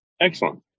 Excellent